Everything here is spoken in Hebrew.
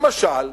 למשל,